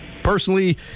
Personally